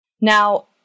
Now